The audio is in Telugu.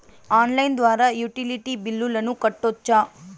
ఆన్లైన్ ద్వారా యుటిలిటీ బిల్లులను కట్టొచ్చా?